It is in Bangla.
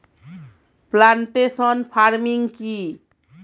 প্লান্টেশন ফার্মিং কি?